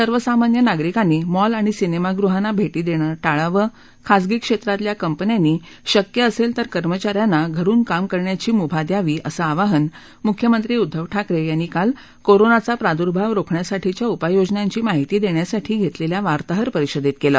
सर्वसामान्य नागरिकांनी मॉल आणि सिनेमागृहांना भेटी देणं टाळावं खासगी क्षेत्रातल्या कंपन्यांनी शक्य असेल तर कर्मचाऱ्यांना घरून काम करण्याची मुभा द्यावी असं आवाहन मुख्यमंत्री उद्दव ठाकरे यांनी काल कोरोनाचा प्रादुर्भाव रोखण्यासाठीच्या उपाययोजनांची माहिती देण्यासाठी घेतलेल्या वार्ताहर परिषदेत केलं